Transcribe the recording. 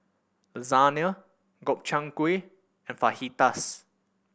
Lasagna Gobchang Gui and Fajitas